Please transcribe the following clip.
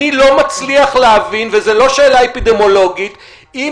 אני לא מצליח להבין וזאת לא שאלה אפידמיולוגית אם